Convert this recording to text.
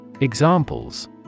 Examples